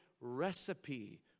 recipe